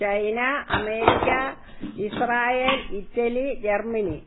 China America Israel Italy Germany